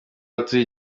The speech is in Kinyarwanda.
atuye